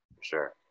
Sure